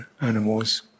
Animals